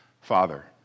Father